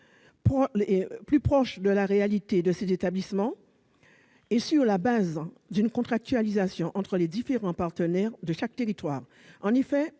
plus proches de la réalité de ces établissements et fondés sur une contractualisation entre les différents partenaires de chaque territoire. En effet,